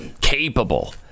capable